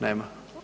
Nema.